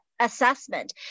assessment